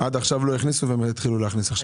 עד עכשיו הם לא הכניסו, והם התחילו להכניס עכשיו.